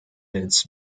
its